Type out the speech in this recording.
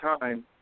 time